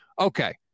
Okay